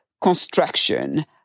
construction